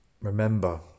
remember